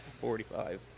Forty-five